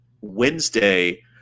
Wednesday